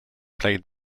played